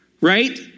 right